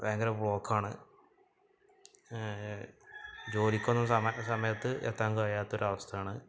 ഭയങ്കര ബ്ലോക്കാണ് ജോലിക്കൊന്നും സമയത്ത് എത്താൻ കഴിയാത്ത ഒരു അവസ്ഥയാണ്